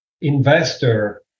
Investor